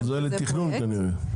זה לתכנון, כנראה.